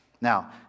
Now